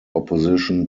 opposition